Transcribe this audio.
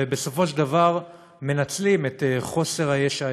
ובסופו של דבר מנצלות את חוסר הישע,